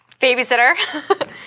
Babysitter